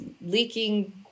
leaking